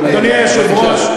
אדוני היושב-ראש,